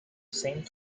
saint